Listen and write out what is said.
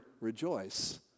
rejoice